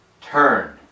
Turn